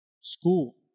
school